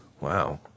Wow